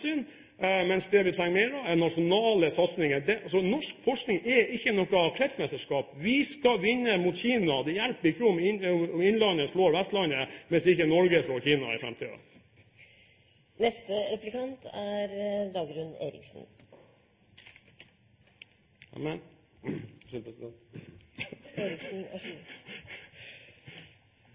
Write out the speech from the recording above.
mens det vi trenger mer av, er nasjonale satsinger. Norsk forskning er ikke noe kretsmesterskap. Vi skal vinne mot Kina. Det hjelper ikke om innlandet slår Vestlandet hvis ikke Norge slår Kina i